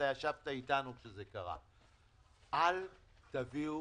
אל תביאו